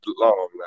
long